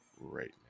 right